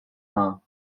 harm